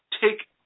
take